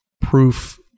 proof